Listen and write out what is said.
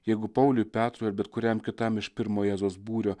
jeigu pauliui petrui ar bet kuriam kitam iš pirmo jėzaus būrio